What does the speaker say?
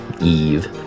Eve